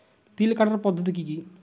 তিল কাটার পদ্ধতি কি কি?